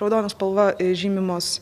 raudona spalva žymimos